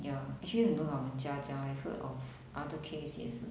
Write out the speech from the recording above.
ya actually 很多老人家这样 I heard of other case 也是